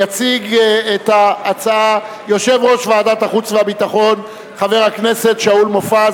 יציג את ההצעה יושב-ראש ועדת החוץ והביטחון חבר הכנסת שאול מופז.